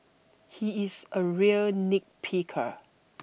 he is a real nitpicker